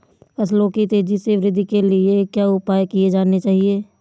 फसलों की तेज़ी से वृद्धि के लिए क्या उपाय किए जाने चाहिए?